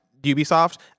Ubisoft